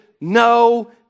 No